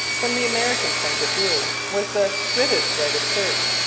from the american point of view, was the british right of search,